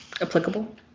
Applicable